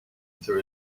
through